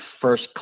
first